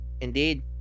indeed